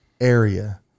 area